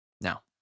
Now